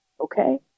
Okay